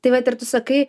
tai vat ir tu sakai